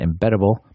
embeddable